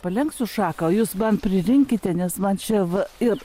palenksiu šaką o jūs man pririnkite nes man čia va ir